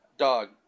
dog